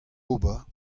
ober